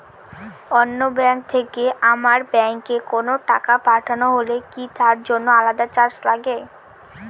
অন্য ব্যাংক থেকে আমার ব্যাংকে কোনো টাকা পাঠানো হলে কি তার জন্য আলাদা চার্জ লাগে?